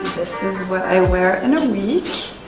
this is and what i wear in a week,